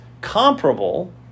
comparable